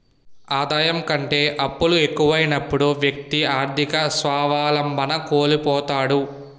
ఆదాయం కంటే అప్పులు ఎక్కువైనప్పుడు వ్యక్తి ఆర్థిక స్వావలంబన కోల్పోతాడు